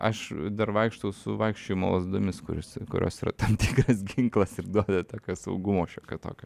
aš dar vaikštau su vaikščiojimo lazdomis kuris kurios yra tam tikras ginklas ir duoda tokio saugumo šiokio tokio